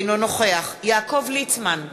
אינו נוכח יעקב ליצמן,